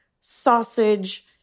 sausage